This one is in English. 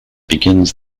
begins